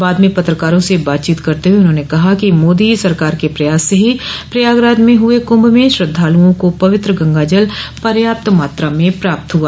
बाद में पत्रकारों से बातचीत करते हुए उन्होंने कहा कि मोदी सरकार के प्रयास से ही प्रयागराज में हुए कुंभ में श्रद्वालुओं को पवित्र गंगाजल पर्याप्त मात्रा में प्राप्त हुआ